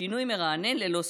שינוי מרענן, ללא ספק.